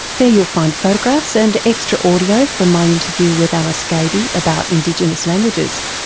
there you'll find photographs and extra audio from my interview with alice gaby about indigenous languages.